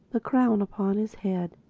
the crown upon his head,